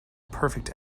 perfect